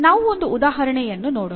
ನಾವು ಒಂದು ಉದಾಹರಣೆಯನ್ನು ನೋಡೋಣ